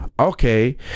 okay